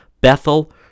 Bethel